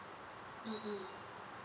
mmhmm